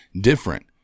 different